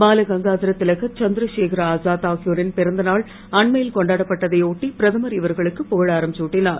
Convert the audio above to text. பாலகங்காதர திலகர் சந்திரசேகர ஆசாத் ஆகியோரின் பிறந்த நாள் அண்மையில் கொண்டாடப்பட்டதை ஒட்டி பிரதமர் இவர்களுக்கு புகழாரம் துட்டினார்